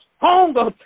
hunger